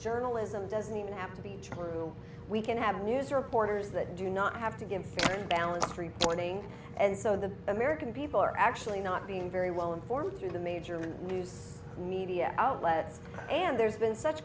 journalism doesn't have to be true we can have news reporters that do not have to give balanced reporting and so the american people are actually not being very well informed through the major news media outlets and there's been such